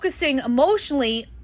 emotionally